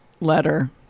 letter